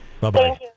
Bye-bye